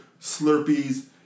Slurpees